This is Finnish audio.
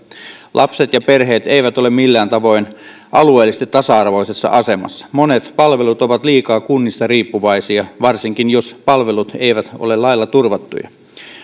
lapset ja perheet eivät ole millään tavoin alueellisesti tasa arvoisessa asemassa monet palvelut ovat liikaa kunnista riippuvaisia varsinkin jos palvelut eivät ole lailla turvattuja